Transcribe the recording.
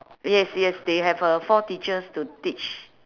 yes yes they have uh four teachers to teach